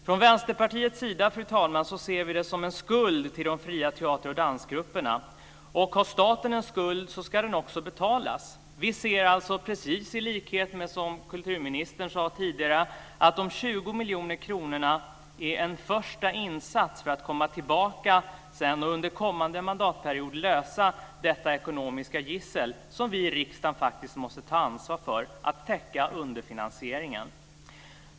Från Vänsterpartiets sida, fru talman, ser vi det som en skuld till de fria teater och dansgrupperna. Har staten en skuld ska den också betalas. Vi ser alltså, i likhet med det kulturministern sade tidigare, de 20 miljoner kronorna som en första insats för att under kommande mandatperiod komma tillbaka och lösa detta ekonomiska gissel. Vi i riksdagen måste faktiskt ta ansvar för att täcka underfinansieringen.